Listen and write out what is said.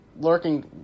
lurking